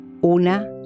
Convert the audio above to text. una